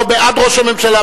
לא בעד ראש הממשלה,